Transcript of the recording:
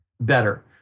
better